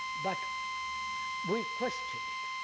but we question it.